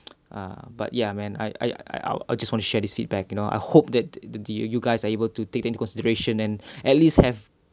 ah but ya man I I I'll I'll just want to share this feedback you know I hope that the you guys are able to take into consideration and at least have